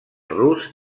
rus